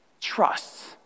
trusts